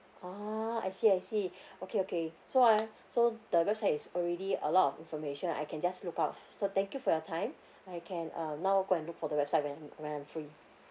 oh I see I see okay okay so ah so the website is already a lot of information I can just look out so thank you for your time I can um now go and look for the website when when I'm free